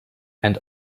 and